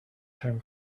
term